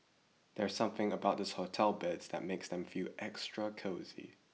there's something about hotel beds that makes them extra cosy